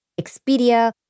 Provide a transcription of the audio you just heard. Expedia